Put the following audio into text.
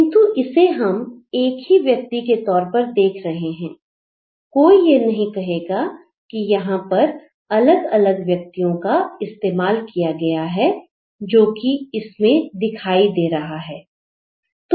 किंतु इसे हम एक ही व्यक्ति के तौर पर देख रहे हैं कोई यह नहीं कहेगा कि यहां पर अलग अलग व्यक्तियों का इस्तेमाल किया गया है जो कि इसमें दिखाई दे रहा है